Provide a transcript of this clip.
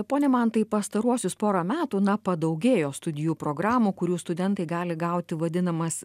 pone mantai pastaruosius porą metų na padaugėjo studijų programų kurių studentai gali gauti vadinamas